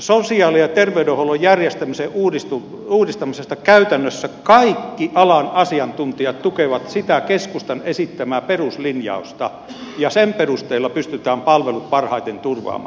sosiaali ja terveydenhuollon järjestämisen uudistamisessa käytännössä kaikki alan asiantuntijat tukevat sitä keskustan esittämää peruslinjausta ja sen perusteella pystytään palvelut parhaiten turvaamaan